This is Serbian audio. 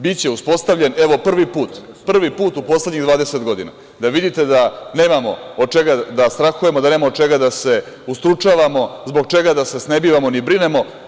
Biće uspostavljen, evo, prvi put u poslednjih 20 godina, da vidite da nemamo od čega da strahujemo, da nemamo od čega da se ustručavamo, zbog čega da se snebivamo ni brinemo.